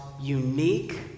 unique